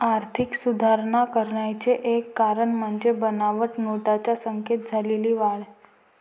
आर्थिक सुधारणा करण्याचे एक कारण म्हणजे बनावट नोटांच्या संख्येत झालेली वाढ